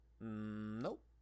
Nope